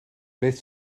beth